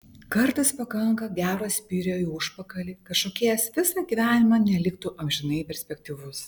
kartais pakanka gero spyrio į užpakalį kad šokėjas visą gyvenimą neliktų amžinai perspektyvus